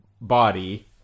body